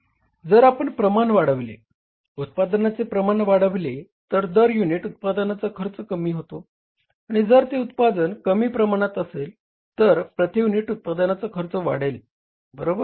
जर आपण प्रमाण वाढविले उत्पादनाचे प्रमाण वाढविले तर दर युनिट उत्पादनाचा खर्च कमी होतो आणि जर ते उत्पादन कमी प्रमाणात असेल तर प्रति युनिट उत्पादनाचा खर्च वाढेल बरोबर